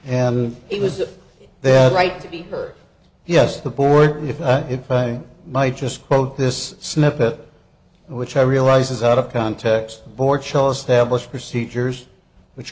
and it was then right yes the board if i if i might just quote this snippet which i realize is out of context bore chill established procedures which